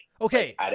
Okay